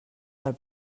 del